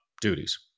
duties